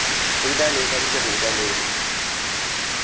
ꯍꯧꯖꯤꯛ ꯀꯥꯏ ꯂꯩꯔꯤꯅꯣ ꯊꯕꯛ ꯆꯠꯂꯤꯕꯣ ꯀꯥꯏ ꯂꯩꯔꯤꯝꯅꯣ